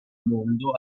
mondo